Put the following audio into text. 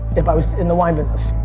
if i was in the wine business.